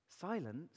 Silence